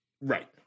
Right